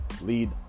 lead